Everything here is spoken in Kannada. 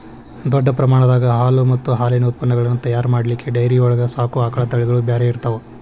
ದೊಡ್ಡ ಪ್ರಮಾಣದಾಗ ಹಾಲು ಮತ್ತ್ ಹಾಲಿನ ಉತ್ಪನಗಳನ್ನ ತಯಾರ್ ಮಾಡ್ಲಿಕ್ಕೆ ಡೈರಿ ಒಳಗ್ ಸಾಕೋ ಆಕಳ ತಳಿಗಳು ಬ್ಯಾರೆ ಇರ್ತಾವ